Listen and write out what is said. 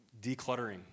decluttering